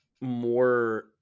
more